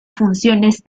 funciones